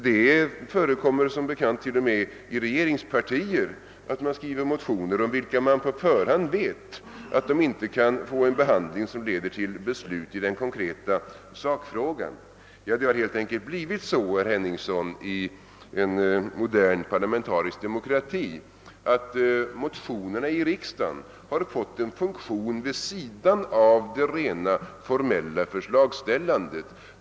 Det förekommer som bekant att till och med medlemmar av regeringspartiet skriver motioner om vilka de på förhand vet att motionerna inte kan få en behandling som leder till beslut i den konkreta sakfrågan. Det har helt enkelt blivit så, herr Henningsson, att motionerna i en modern parlamentarisk demokrati fått en funktion vid sidan av det rent formella förslagsställandet.